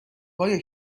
های